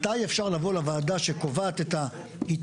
מתי אפשר לבוא לוועדה שקובעת את ההיתכנות,